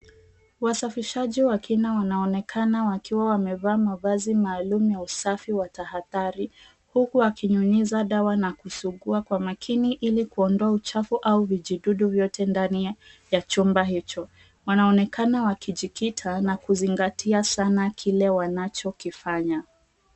Wasafishaji wa kina wanaonekana wakiwa wamevaa mavazi maalum ya usafi wa tahadhari huku wakinyunyiza dawa na kusugua kwa makini ili kuondoa uchafu au vijidudu vyote ndani ya chumba hicho. Wanaonekana wakijikita na kuzingatia sana kile wanachokifanya.